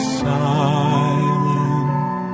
silent